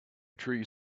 tree